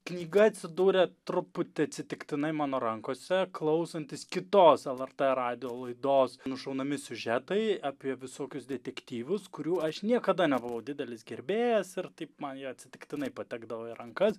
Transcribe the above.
knyga atsidūrė truputį atsitiktinai mano rankose klausantis kitos lrt radijo laidos nušaunami siužetai apie visokius detektyvus kurių aš niekada nebuvau didelis gerbėjas ir taip man jie atsitiktinai patekdavo į rankas